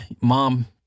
mom